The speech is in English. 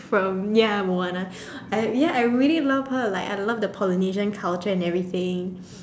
from ya Moana I ya I really love her like I love the Polynesian culture and everything